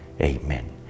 amen